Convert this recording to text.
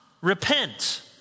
repent